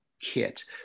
KIT